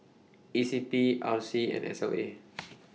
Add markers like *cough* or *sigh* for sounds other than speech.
E C P R C and S L A *noise*